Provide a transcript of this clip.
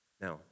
Now